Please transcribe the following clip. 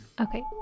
Okay